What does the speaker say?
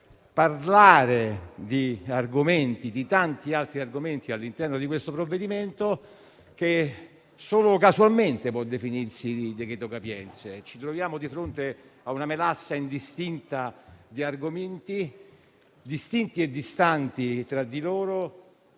parlare di tanti altri argomenti all'interno di questo provvedimento, che solo casualmente può definirsi decreto capienze. Ci troviamo di fronte a una melassa indistinta di argomenti distinti e distanti tra di loro,